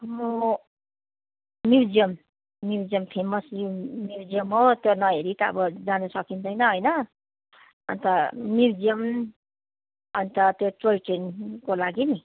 म museum museum famous museum हो त्यो नहेरी त अब जान सकिँदैन होइन अन्त म्युजियम अन्त त्यो टोय ट्रेनको लागि नि